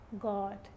God